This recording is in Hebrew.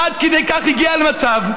עד כדי כך הגיע המצב,